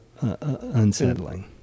unsettling